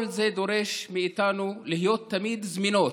כל זה דורש מאיתנו להיות תמיד זמינות,